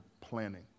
planning